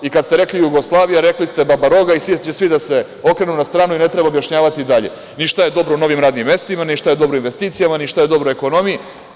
Kad ste rekli Jugoslavija, rekli ste baba roga i svi će da se okrenu na stranu i ne treba objašnjavati dalje, ni šta je dobro na novim radnim mestima, ni šta je dobro investicijama, ni šta je dobro ekonomiji.